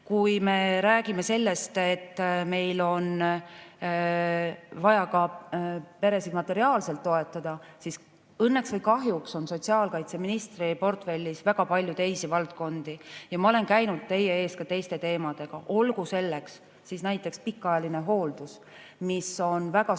me räägime sellest, et meil on vaja ka peresid materiaalselt toetada, siis õnneks või kahjuks on sotsiaalkaitseministri portfellis väga palju teisigi valdkondi. Ma olen käinud teie ees ka teiste teemadega, olgu selleks näiteks pikaajaline hooldus, mis on väga suurel